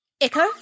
Echo